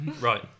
right